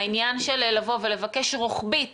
העניין של לבוא ולבקש רוחבית